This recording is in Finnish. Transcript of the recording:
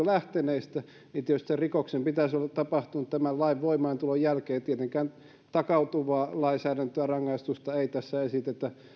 lähteneistä tietysti sen rikoksen pitäisi olla tapahtunut tämän lain voimaantulon jälkeen tietenkään takautuvaa lainsäädäntöä rangaistusta ei tässä esitetä